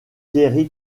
thierry